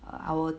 err I would